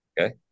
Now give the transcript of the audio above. Okay